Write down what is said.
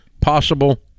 possible